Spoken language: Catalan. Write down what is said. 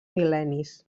mil·lennis